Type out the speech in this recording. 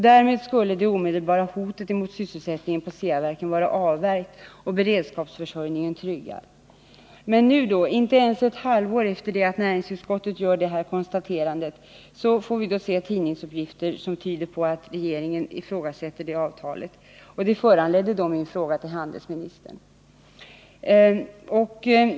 Därmed skulle det omedelbara hotet mot sysselsättningen på Ceaverken vara avvärjt och beredskapsförsörjningen tryggad. Men nu - inte ens ett halvår efter det att näringsutskottet gjorde detta konstaterande — får vi se tidningsuppgifter som tyder på att regeringen ifrågasätter avtalet. Detta föranledde min fråga till handelsministern.